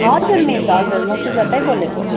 हजुर मिस हजुर म सुजातै बोलेको